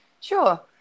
Sure